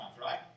right